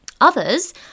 Others